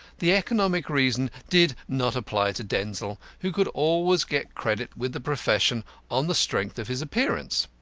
the economic reason did not apply to denzil, who could always get credit with the profession on the strength of his appearance.